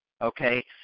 okay